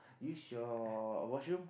use your washroom